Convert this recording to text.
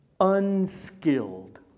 unskilled